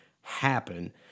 happen